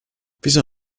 wieso